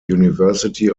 university